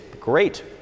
great